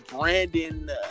Brandon